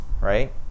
right